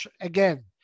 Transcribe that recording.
again